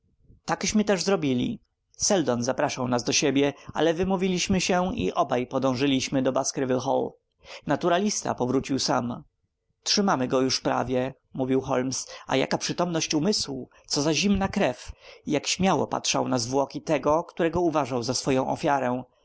rana takeśmy też zrobili stapleton zapraszał nas do siebie ale wymówiliśmy się i obaj podążyliśmy do baskerville hall naturalista powrócił sam trzymamy go już prawie mówił holmes a jaka przytomność umysłu co za zimna krew jak śmiało patrzał na zwłoki tego którego uważał za swoją ofiarę